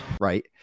Right